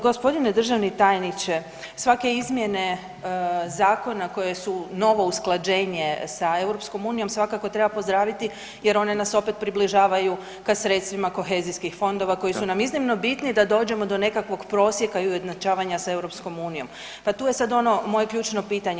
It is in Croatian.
G. državni tajniče, svake izmjene zakona koje su novo usklađenje sa EU-om, svakako treba pozdraviti jer one nas opet približavaju ka sredstvima kohezijskih fondova koji su na iznimno bitni da dođemo do nekakvog prosjeka i ujednačavanja sa EU-om pa tu je sad ono moje ključno pitanje.